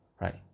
right